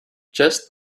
just